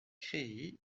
créé